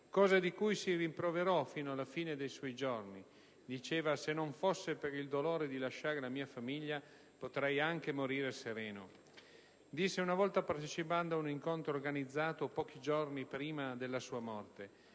cosa di cui si rimproverò fino alla fine dei suoi giorni: «Se non fosse per il dolore di lasciare la mia famiglia potrei anche morire sereno», disse una volta partecipando ad un incontro organizzato pochi giorni prima della sua morte.